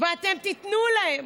ואתם תיתנו להם